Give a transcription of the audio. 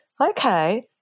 okay